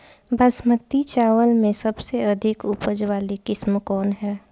बासमती चावल में सबसे अधिक उपज वाली किस्म कौन है?